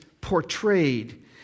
portrayed